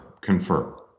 confirm